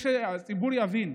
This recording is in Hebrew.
כדי שהציבור יבין,